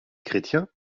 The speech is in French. chrétiens